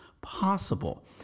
possible